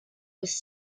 was